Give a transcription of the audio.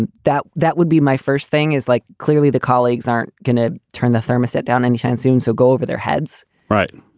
and that that would be. my first thing is like clearly the colleagues aren't going to turn the thermostat down any time soon, so go over their heads right.